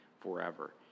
forever